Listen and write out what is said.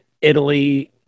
Italy